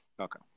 Okay